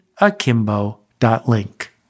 akimbo.link